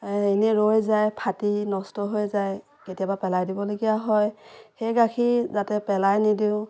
এনেই ৰৈ যায় ফাটি নষ্ট হৈ যায় কেতিয়াবা পেলাই দিবলগীয়া হয় সেই গাখীৰ যাতে পেলাই নিদিওঁ